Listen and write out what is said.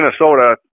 Minnesota